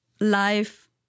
life